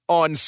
on